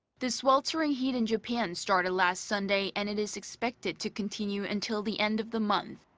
the sweltering heat in japan started last sunday and it is expected to continue until the end of the month.